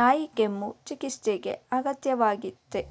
ನಾಯಿಕೆಮ್ಮು ಚಿಕಿತ್ಸೆಗೆ ಅಗತ್ಯ ವಾಗಯ್ತೆ